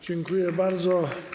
Dziękuję bardzo.